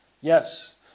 Yes